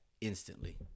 instantly